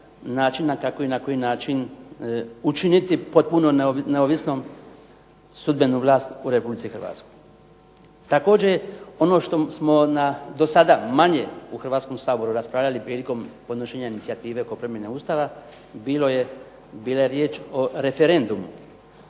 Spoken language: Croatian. kako i na koji način učiniti potpuno neovisnu sudbenu vlast u Republici Hrvatskoj. Također, ono što smo do sada manje u Hrvatskom saboru raspravljali prilikom podnošenja inicijative oko promjene Ustava bila je riječ o referendumu.